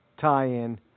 tie-in